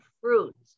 fruits